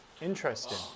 interesting